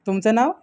तुमचं नाव